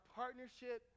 partnership